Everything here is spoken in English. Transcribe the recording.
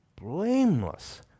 blameless